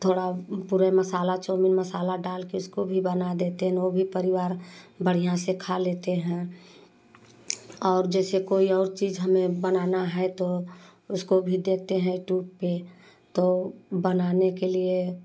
थोड़ा बुरे मसाला चौमीन मसाला डाल कर उसको भी बना देते हैं नो भी परिवार बढ़िया से खा लेते हैं और जैसे कोई और चीज़ हमें बनाना है तो उसको भी देखते हैं यूटूब पर तो बनाने के लिए